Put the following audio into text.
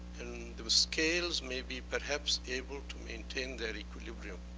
the the scales maybe perhaps able to maintain that equilibrium.